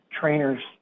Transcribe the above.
trainers